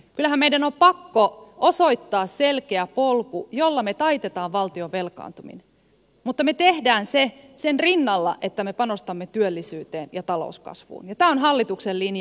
kyllähän meidän on pakko osoittaa selkeä polku jolla me taitamme valtion velkaantumisen mutta me teemme sen sen rinnalla että me panostamme työllisyyteen ja talouskasvuun ja tämä on hallituksen linja